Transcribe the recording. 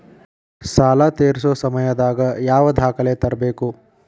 ಸಾಲಾ ತೇರ್ಸೋ ಸಮಯದಾಗ ಯಾವ ದಾಖಲೆ ತರ್ಬೇಕು?